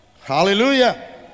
Hallelujah